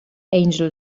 angel